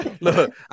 Look